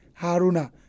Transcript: Haruna